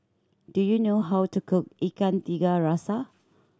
do you know how to cook Ikan Tiga Rasa